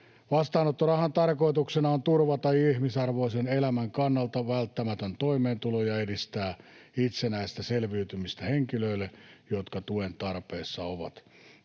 Vastaanottorahan tarkoituksena on turvata ihmisarvoisen elämän kannalta välttämätön toimeentulo ja edistää itsenäistä selviytymistä henkilöille, jotka tuen tarpeessa ovat. Tämä